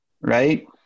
right